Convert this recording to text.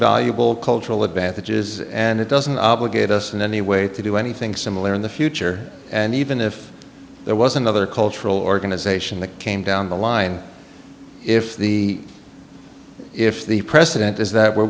valuable cultural advantages and it doesn't obligate us in any way to do anything similar in the future and even if there was another cultural organization that came down the line if the if the president is that we're